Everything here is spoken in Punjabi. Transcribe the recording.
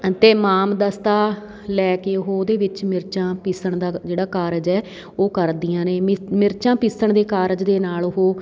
ਅਤੇ ਮਾਮ ਦਸਤਾ ਲੈ ਕੇ ਉਹ ਉਹਦੇ ਵਿੱਚ ਮਿਰਚਾਂ ਪੀਸਣ ਦਾ ਜਿਹੜਾ ਕਾਰਜ ਹੈ ਉਹ ਕਰਦੀਆਂ ਨੇ ਮਿਰ ਮਿਰਚਾਂ ਪੀਸਣ ਦੇ ਕਾਰਜ ਦੇ ਨਾਲ ਉਹ